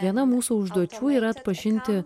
viena mūsų užduočių yra atpažinti